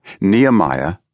Nehemiah